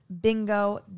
bingo